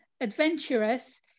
adventurous